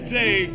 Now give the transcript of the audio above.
day